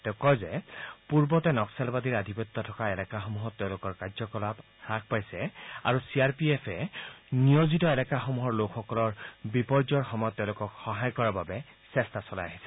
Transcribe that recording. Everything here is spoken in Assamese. তেওঁ কয় যে পূৰ্বতে নক্সালবাদীৰ আধিপত্য থকা এলেকাসমূহত তেওঁলোকৰ কাৰ্যকলাপ হাস পাইছে আৰু চি আৰ পি এফে নিয়োজিত এলেকাসমূহৰ লোকসকলৰ বিপৰ্যয়ৰ সময়ত তেওঁলোকক সহায় কৰাৰ বাবে চেষ্টা চলাই আহিছে